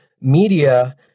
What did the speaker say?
media